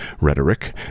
rhetoric